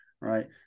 right